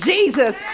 Jesus